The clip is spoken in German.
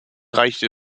reichte